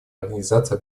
организации